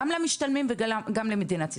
גם למשתלמים וגם למדינת ישראל,